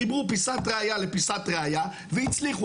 חיברו פיסת ראיה לפיסת ראיה והצליחו.